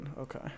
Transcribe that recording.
Okay